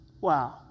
Wow